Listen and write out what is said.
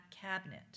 Cabinet